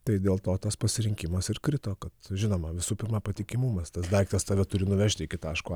tai dėl to tas pasirinkimas ir krito kad žinoma visų pirma patikimumas tas daiktas tave turi nuvežti iki taško a